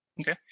Okay